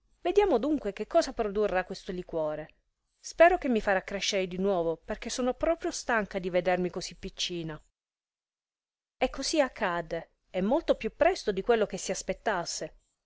vediamo dunque che cosa produrrà questo liquore spero che mi farà crescere di nuovo perchè sono proprio stanca di vedermi così piccina e così accadde e molto più presto di quello che si aspettasse